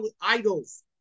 idols